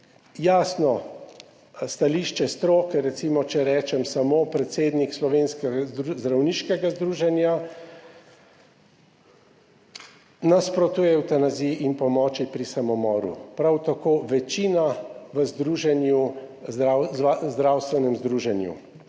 jasno stališče stroke recimo, če rečem samo predsednik slovenskega zdravniškega združenja nasprotuje evtanaziji in pomoči pri samomoru, prav tako večina v zdravstvenem združenju.